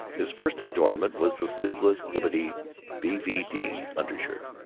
his first adornment was the sleeveless dimity b v d. undershirt,